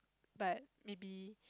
but maybe